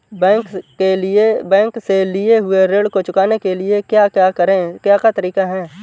Bank से लिए हुए ऋण को चुकाने के क्या क्या तरीके हैं?